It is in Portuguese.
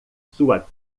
sua